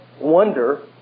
wonder